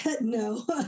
no